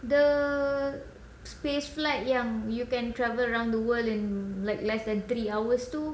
the space flight yang you can travel around the world in like less than three hours to